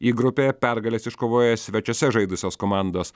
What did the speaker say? i grupėje pergales iškovojo svečiuose žaidusios komandos